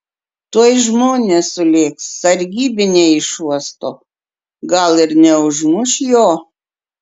tuoj žmonės sulėks sargybiniai iš uosto gal ir neužmuš jo